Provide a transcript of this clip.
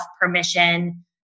permission